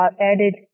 added